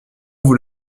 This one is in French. vous